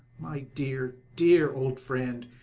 my dear, dear old friend,